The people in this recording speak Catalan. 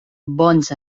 bons